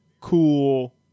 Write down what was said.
cool